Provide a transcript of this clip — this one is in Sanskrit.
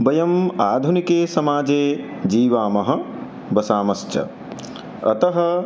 वयम् आधुनिके समाजे जीवामः वसामश्च अतः